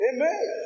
Amen